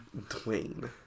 Dwayne